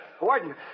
Warden